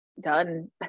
done